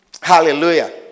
Hallelujah